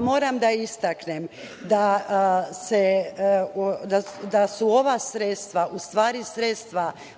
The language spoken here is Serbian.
Moram da istaknem da su ova sredstva u stvari sredstva